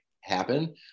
happen